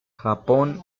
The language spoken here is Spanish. japón